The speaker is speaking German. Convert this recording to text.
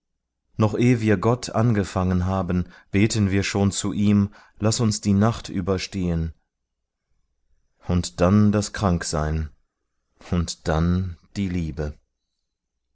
noch eh wir gott angefangen haben beten wir schon zu ihm laß uns die nacht überstehen und dann das kranksein und dann die liebe